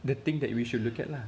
the thing that we should look at lah